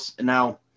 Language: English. now